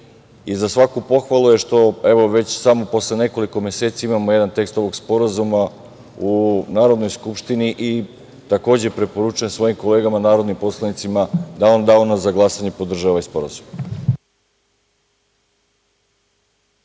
svaku pohvalu je što evo posle samo nekoliko meseci imamo jedan tekst ovog sporazuma u Narodnoj skupštini. Preporučujem svojim kolegama, narodnim poslanicima da u danu za glasanje podrže ovaj sporazum.